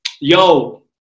Yo